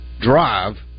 drive